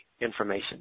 Information